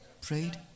Prayed